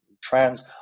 trans